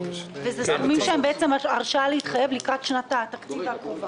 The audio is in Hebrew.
אלה סכומים שהם הרשאה להתחייב לקראת שנת התקציב הקרובה?